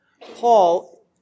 Paul